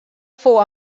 fou